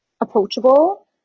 approachable